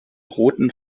roten